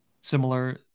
Similar